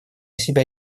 себя